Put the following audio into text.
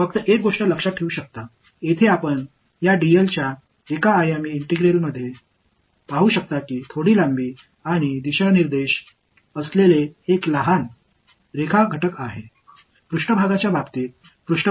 எனவே ஒரு விஷயத்தை மனதில் வைத்துக் கொள்ளுங்கள் இங்கே நீங்கள் ஒரு பரிமாண இன்டெக்ரால்ஸ் ல் இந்த dl சில நீளம் மற்றும் திசையுடன் கூடிய ஒரு சிறிய லைன் எலமெண்ட் என்பதை நீங்கள் காணலாம்